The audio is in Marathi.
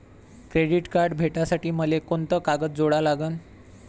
क्रेडिट कार्ड भेटासाठी मले कोंते कागद जोडा लागन?